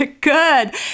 Good